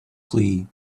flee